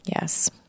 Yes